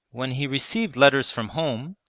when he received letters from home,